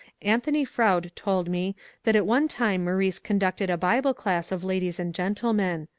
anthony fronde told me that at one time maurice con ducted a bible class of ladies and gentlemen.